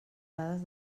dades